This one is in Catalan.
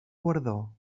guardó